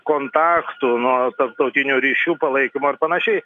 kontaktų nuo tarptautinių ryšių palaikymo panašiai